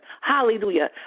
Hallelujah